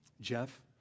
Jeff